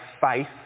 faith